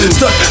Stuck